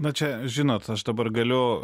na čia žinot aš dabar galiu